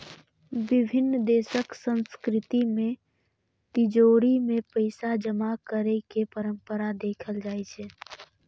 विभिन्न देशक संस्कृति मे तिजौरी मे पैसा जमा करै के परंपरा देखल जाइ छै